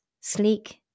sleek